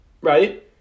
right